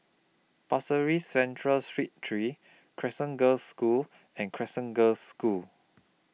Pasir Ris Central Street three Crescent Girls' School and Crescent Girls' School